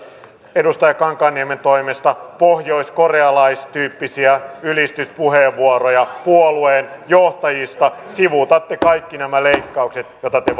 edustaja kankaanniemen toimesta pohjoiskorealaistyyppisiä ylistyspuheenvuoroja puolueen johtajista sivuutatte kaikki nämä leikkaukset joita te